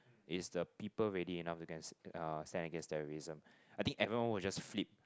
is the people ready enough to go and uh stand against the terrorism I think everyone will just flip